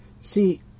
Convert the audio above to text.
See